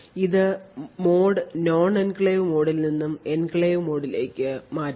ഇത് mode non enclave മോഡിൽ നിന്ന് എൻക്ലേവ് മോഡിലേക്ക് മാറ്റും